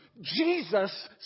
Jesus